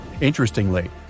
Interestingly